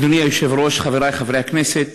אדוני היושב-ראש, חברי חברי הכנסת,